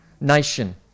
nation